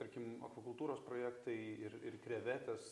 tarkim akvakultūros projektai ir ir krevetės